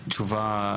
התשובה.